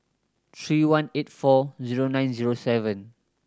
three one eight four zero nine zero seven